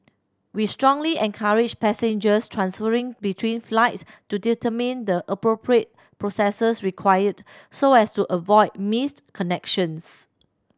we strongly encourage passengers transferring between flights to determine the appropriate processes required so as to avoid missed connections